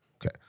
okay